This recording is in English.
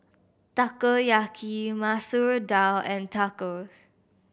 Takoyaki Masoor Dal and Tacos